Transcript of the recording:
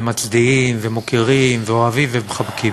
ומצדיעים ומוקירים ואוהבים ומחבקים,